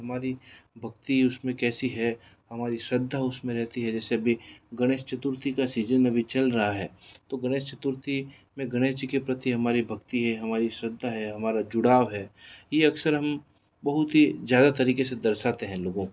हमारी भक्ति उसमें कैसी है हमारी श्रद्धा उसमें रहती है जैसे अभी गणेश चतुर्थी का सीजन अभी चल रहा है तो गणेश चतुर्थी में गणेश जी के प्रति हमारी भक्ति है हमारी श्रद्धा है हमारा जुड़ाव है ये अक्सर हम बहुत ही ज़्यादा तरीके से दर्शाते हैं लोगों को